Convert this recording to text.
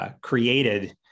Created